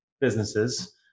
businesses